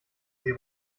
sie